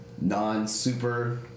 non-super